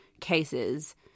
cases